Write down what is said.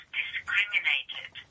discriminated